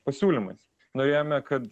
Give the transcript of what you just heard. pasiūlymais norėjome kad